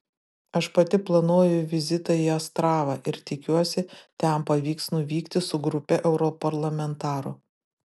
aš pati planuoju vizitą į astravą ir tikiuosi ten pavyks nuvykti su grupe europarlamentarų